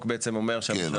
כן,